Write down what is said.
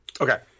Okay